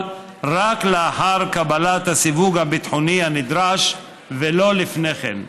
רק לאחר קבלת הסיווג הביטחוני הנדרש ולא לפני כן.